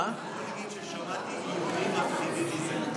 בוא נגיד ששמעתי איומים מפחידים מזה.